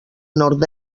nord